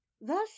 Thus